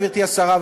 גברתי השרה,